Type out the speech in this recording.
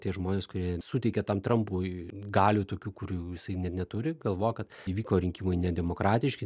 tie žmonės kurie suteikia tam trampui galių tokių kurių jisai ne neturi galvo kad įvyko rinkimai nedemokratiški